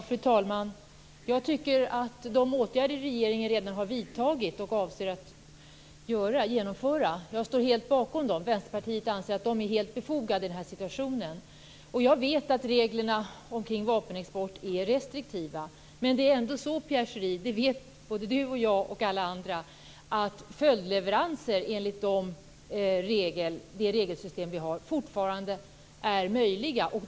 Fru talman! De åtgärder som regeringen redan har vidtagit och som den avser att vidta står jag helt bakom. Vi i Vänsterpartiet anser att de är helt befogade i den här situationen. Jag vet att reglerna om vapenexport är restriktiva men Pierre Schori, jag och alla andra vet att följdleveranser, enligt det regelsystem som vi har, fortfarande är möjliga.